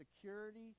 security